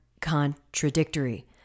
contradictory